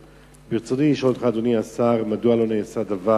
רצוני לשאול: 1. מדוע לא נעשה דבר?